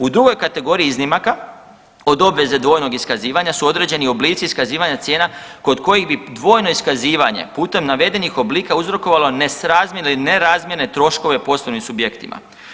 U drugoj kategoriji iznimaka od obveze dvojnog iskazivanja su određeni oblici iskazivanja cijena kod kojih bi dvojno iskazivanje putem navedenih oblika uzrokovalo nesrazmjer ili nerazmjere troškove poslovnim subjektima.